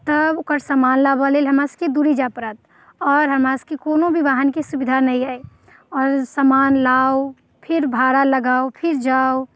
तऽ ओकर सामान लाबऽ लेल हमरासबके दूरी जाइ पड़त आओर हमरासबके कोनो भी वाहनके सुविधा नहि अछि आओर सामान लाउ फेर भाड़ा लगाउ फेर जाउ